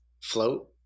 float